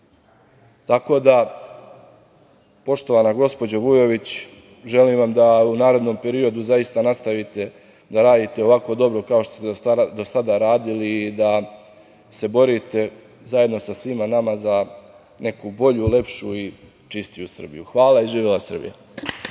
da, poštovana gospođo Vujović, želim vam da u narednom periodu zaista nastavite da radite ovako dobro kao što ste do sada radili i da se borite zajedno sa svima za neku bolju, lepšu i čistiju Srbiju. Hvala. Živela Srbija.